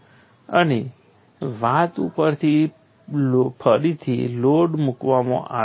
અને આ વાત ઉપર ફરીથી લોડ મૂકવામાં આવે છે